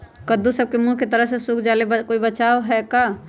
कददु सब के मुँह के तरह से सुख जाले कोई बचाव है का?